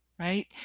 Right